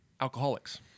alcoholics